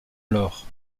alors